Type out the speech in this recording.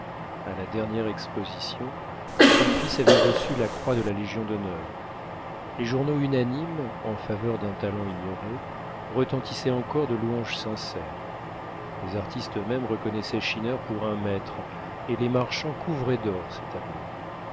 a la dernière exposition son fils avait reçu la croix de la légion d'honneur les journaux unanimes en faveur d'un talent ignoré retentissaient encore de louanges sincères les artistes eux-mêmes reconnaissaient schinner pour un maître et les marchands couvraient d'or ses tableaux